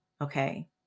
okay